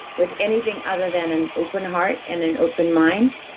with anything other than an open heart and an open mind.